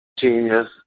genius